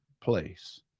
place